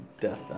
Death